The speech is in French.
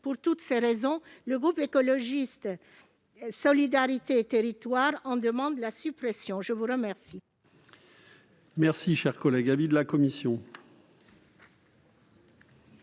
Pour toutes ces raisons, le groupe Écologiste - Solidarité et Territoires en demande la suppression. Quel